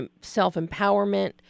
self-empowerment